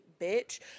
bitch